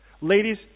ladies